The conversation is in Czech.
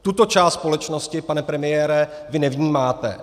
Tuto část společnosti, pane premiére, vy nevnímáte.